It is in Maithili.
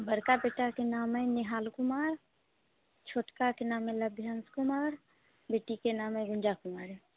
बड़का बेटाके नाम यऽ निहाल कुमार छोटकाके नाम यऽ लभ्यांश कुमार बेटीके नाम अछि गुँजा कुमारी